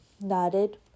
nodded